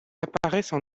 apparaissent